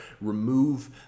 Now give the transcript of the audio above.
remove